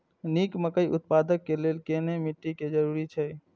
निक मकई उत्पादन के लेल केहेन मिट्टी के जरूरी छे?